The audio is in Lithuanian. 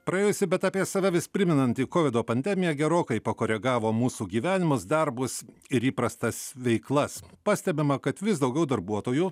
praėjusi bet apie save vis primenanti kovido pandemija gerokai pakoregavo mūsų gyvenimus darbus ir įprastas veiklas pastebima kad vis daugiau darbuotojų